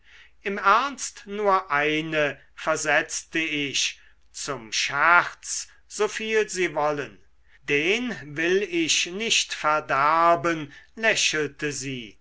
im ernst nur eine versetzte ich zum scherz so viel sie wollen den will ich nicht verderben lächelte sie